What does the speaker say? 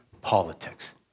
politics